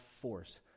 force